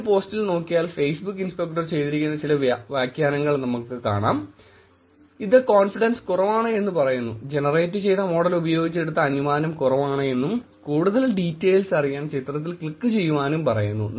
ഈയൊരു പോസ്റ്റിൽ നോക്കിയാൽ ഫേസ്ബുക് ഇൻസ്പെക്ടർ ചെയ്തിരിക്കുന്ന ചില വ്യാഖ്യാനങ്ങൾ നിങ്ങൾക്ക് കാണാം ഇത് കോൺഫിഡൻസ് കുറവാണെന്ന് പറയുന്നു ജെനറേറ്റ് ചെയ്ത മോഡൽ ഉപയോഗിച്ചെടുത്ത അനുമാനം കുറവാണെന്നും കൂടുതൽ ഡീറ്റെയിൽസ് അറിയാൻ ചിത്രത്തിൽ ക്ലിക് ചെയ്യാനും പറയുന്നു